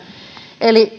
eli